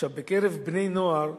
בקרב בני-נוער,